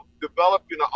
developing